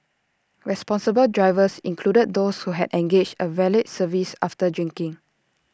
responsible drivers included those who had engaged A valet service after drinking